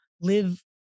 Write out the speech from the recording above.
live